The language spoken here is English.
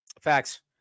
facts